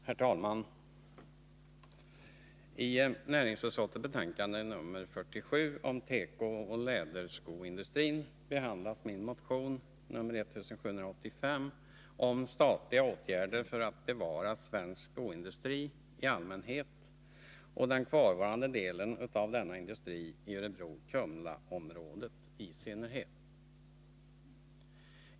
Herr talman! I näringsutskottets betänkande 47 om tekooch läderskoindustrin behandlas min motion 1785 om statliga åtgärder för att bevara svensk skoindustri i allmänhet och den kvarvarande delen av denna industri i Örebro-Kumlaområdet i synnerhet.